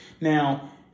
Now